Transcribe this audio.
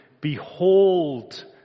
Behold